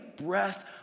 breath